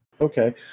Okay